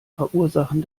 verursachen